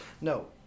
No